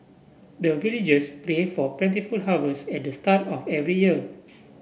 the villagers pray for plentiful harvest at the start of every year